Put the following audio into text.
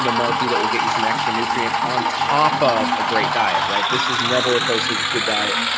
and multi that will get you some extra nutrients on top of a great diet, right? this has never replaces good diet,